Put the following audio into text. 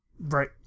Right